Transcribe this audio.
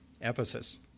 Ephesus